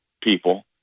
people